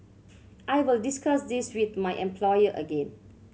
I will discuss this with my employer again